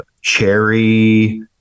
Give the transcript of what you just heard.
cherry